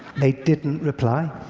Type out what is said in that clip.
they didn't reply.